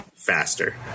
faster